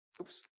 oops